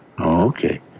Okay